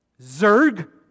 Zerg